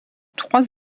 trois